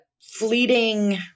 fleeting-